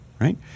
right